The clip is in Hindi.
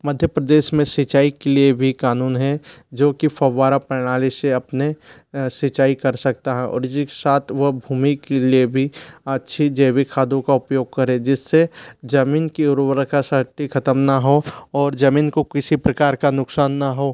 मध्य प्रदेश मे सिंचाई के लिए भी कानून है जो कि फव्वारा प्रणाली से अपने सिंचाई कर सकता है और जिसके साथ वो भूमि के लिए भी अच्छी जैविक खादों का उपयोग करें जिससे जमीन की उर्वरकता शक्ति खत्म न हो और जमीन को किसी प्रकार का नुकसान न हो